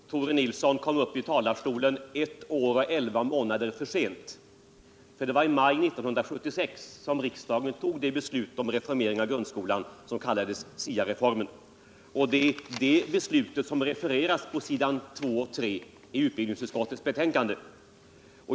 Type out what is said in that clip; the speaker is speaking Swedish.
Herr talman! Jag skall vara mycket kortfattad. Jag noterar att Tore Nilsson kom upp i talarstolen ett år och elva månader för sent. Det var i maj 1976 som riksdagen fattade det beslut om reformering av grundskolan som kallades SIA-relormen. Det är det beslutet som refereras på s. 2 och 3 i utbildningsutskottets betänkande.